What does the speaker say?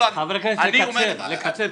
חברי הכנסת, נא לקצר.